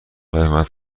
قیمت